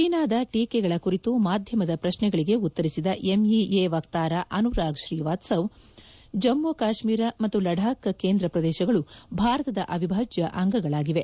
ಚೀನಾದ ಟೀಕೆಗಳ ಕುರಿತು ಮಾಧ್ಯಮದ ಪ್ರಶ್ನೆಗಳಿಗೆ ಉತ್ತರಿಸಿದ ಎಂಇಎ ವಕ್ತಾರ ಅನುರಾಗ್ ಶ್ರೀವಾತ್ಸವ್ ಜಮ್ಮು ಕಾಶ್ಮೀರ ಮತ್ತು ಲಡಾಖ್ ಕೇಂದ ಪ್ರದೇಶಗಳು ಭಾರತದ ಅವಿಭಾಜ್ಯ ಅಂಗಗಳಾಗಿವೆ